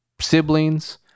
siblings